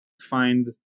find